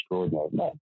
extraordinary